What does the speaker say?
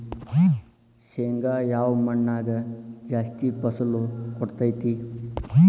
ಶೇಂಗಾ ಯಾವ ಮಣ್ಣಾಗ ಜಾಸ್ತಿ ಫಸಲು ಕೊಡುತೈತಿ?